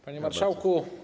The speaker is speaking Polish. Panie Marszałku!